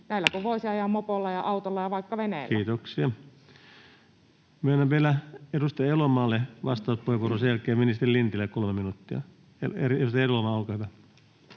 näillä kun voisi ajaa mopolla ja autolla ja vaikka veneellä? Kiitoksia. — Myönnän vielä edustaja Elomaalle vastauspuheenvuoron ja sen jälkeen ministeri Lintilä, 3 minuuttia. — Edustaja Elomaa, olkaa hyvä.